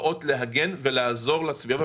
להגן על הסביבה,